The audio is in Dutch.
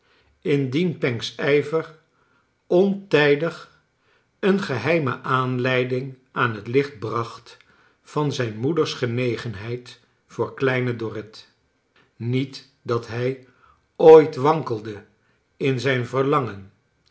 indien panks ijver ontijdig een geheime aanleiding aan het licht bracht van zijn moeders genegenheid voor kleine dorrit niet dat hij ooit wankelde in zijn verlangen